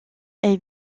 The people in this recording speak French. est